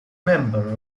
member